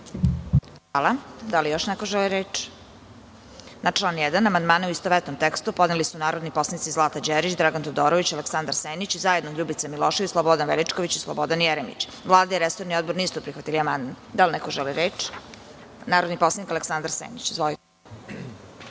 Hvala. Da li još neko želi reč? (Ne)Na član 1. amandmane u istovetnom tekstu podneli su narodni poslanici Zlata Đerić, Dragan Todorović, Aleksandar Senić i zajedno Ljubica Milošević, Slobodan Veličković i Slobodan Jeremić. Vlada i resorni odbor nisu prihvatili amandman. Da li neko želi reč? Reč ima narodni poslanik Aleksandar Senić. Izvolite.